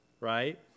right